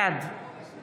בעד